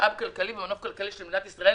משאב כלכלי של מדינת ישראל.